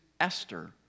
Esther